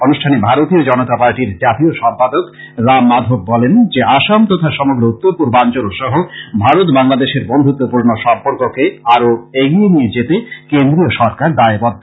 অনুষ্ঠানে ভারতীয় জনতা পার্টির জাতীয় সম্পাদক রামমাধব বলেন যে আসাম তথা সমগ্র উত্তরপূর্বাঞ্চল সহ ভারত বাংলাদেশের বন্ধুত্বপূর্ণ সম্পর্ককে আরো এগিয়ে নিয়ে যেতে কেন্দ্রীয় সরকার দায়বদ্ধ